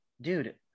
dude